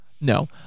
No